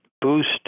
boost